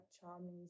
charming